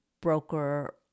broker